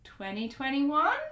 2021